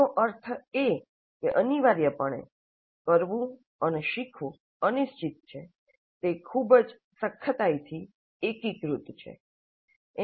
તેનો અર્થ એ કે અનિવાર્યપણે કરવું અને શીખવું અનિશ્ચિત છે તે ખૂબ જ સખ્તાઇથી એકીકૃત છે